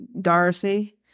Darcy